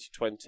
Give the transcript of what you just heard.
2020